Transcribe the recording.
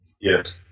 Yes